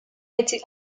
été